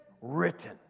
written